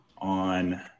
on